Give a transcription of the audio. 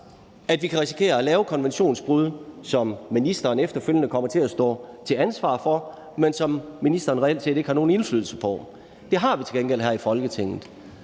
at vi kan risikere at lave konventionsbrud, som ministeren efterfølgende kommer til at stå til ansvar for, men som ministeren reelt set ikke har nogen indflydelse på. Det har vi til gengæld her i Folketinget.